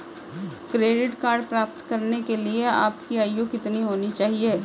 Credit card प्राप्त करने के लिए आपकी आयु कितनी होनी चाहिए?